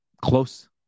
close